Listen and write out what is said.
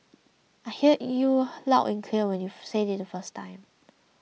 I heard you loud and clear when you said it first time